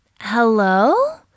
hello